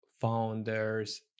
founders